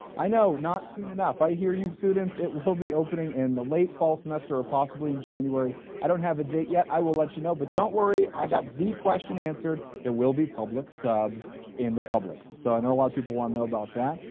i know not soon enough. i hear you students it will be opening in the late fall semester or possibly in january i don't have a date yet. i will let you know but don't worry i got the question answered there will be publix subs in the publix so i know a lot of people want to know about that.